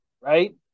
right